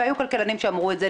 והיו כלכלנים שאמרו את זה,